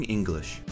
English，